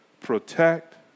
protect